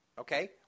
Okay